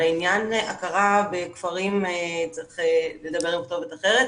לעניין הכרה בכפרים צריך לדבר עם כתובת אחרת.